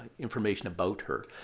information about her.